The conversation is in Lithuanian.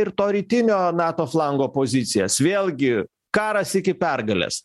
ir to rytinio nato flango pozicijas vėlgi karas iki pergalės